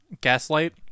Gaslight